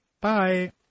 bye